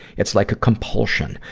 it's like a compulsion.